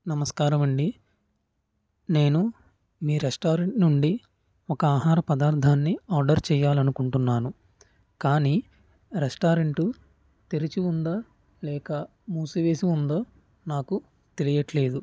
నమస్కారం అండి నేను మీ రెస్టారెంట్ నుండి ఒక ఆహార పదార్థాన్ని ఆర్డర్ చేయాలి అనుకుంటున్నాను కానీ రెస్టారెంటు తెరిచి ఉందా లేక మూసివేసి ఉందో నాకు తెలియట్లేదు